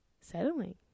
settling